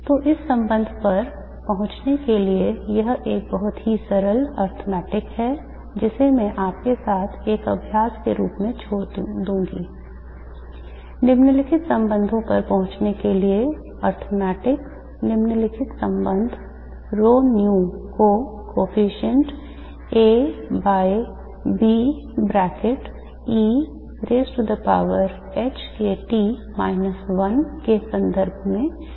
तो इस संबंध पर पहुंचने के लिए यह एक बहुत ही सरल अंकगणित है जिसे मैं आपके पास एक अभ्यास के रूप में छोड़ दूंगा निम्नलिखित संबंधों पर पहुंचने के लिए अंकगणित निम्नलिखित संबंध ρν को coefficients के संदर्भ में दिया गया है